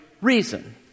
reason